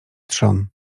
trzon